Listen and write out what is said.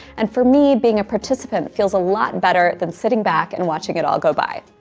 and for me, being a participant feels a lot better than sitting back and watching it all go by.